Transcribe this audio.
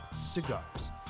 Cigars